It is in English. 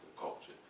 culture